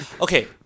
okay